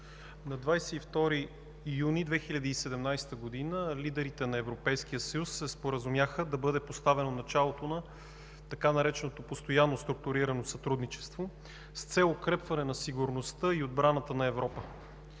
На 22 юни 2017 г. лидерите на Европейския съюз се споразумяха да бъде поставено началото на така нареченото „Постоянно структурирано сътрудничество“ с цел укрепване на сигурността и обраната на Европа.